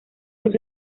sus